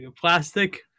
plastic